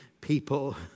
people